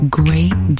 great